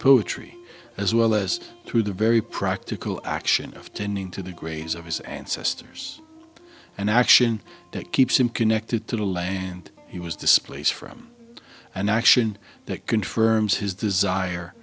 poetry as well as through the very practical action of tending to the graves of his ancestors an action that keeps him connected to the land he was displaced from an action that confirms his desire